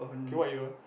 okay what you want